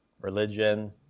religion